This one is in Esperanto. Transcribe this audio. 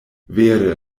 vere